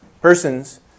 Persons